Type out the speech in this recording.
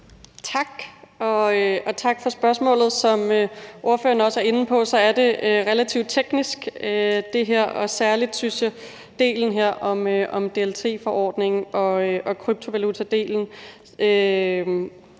Tak, og tak for spørgsmålet. Som ordføreren også er inde på, er det her relativt teknisk, særlig – synes jeg – den del, der handler om DLT-forordningen og kryptovaluta.